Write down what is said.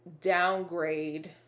downgrade